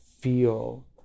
feel